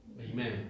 Amen